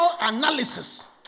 analysis